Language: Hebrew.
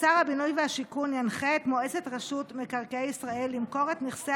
ששר הבינוי והשיכון ינחה את מועצת רשות מקרקעי ישראל למכור את נכסי